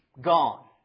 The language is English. Gone